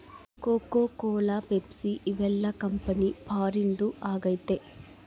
cocoa cola Pepsi ಇವೆಲ್ಲ company ಫಾರಿನ್ದು ಆಗೈತೆ